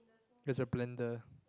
there's a blender